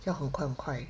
要很快很快